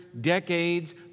decades